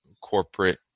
corporate